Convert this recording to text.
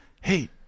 Hey